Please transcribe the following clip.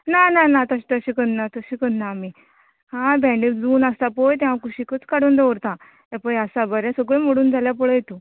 ना ना ना तशे तशे करना तशे करना आमी आं भेंडे जून आसा पळय ते हांव कुशिकूत काडून दवरता हे पळय आसा बरें सगळे मोडून जाल्यार पळय तूं